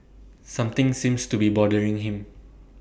something seems to be bothering him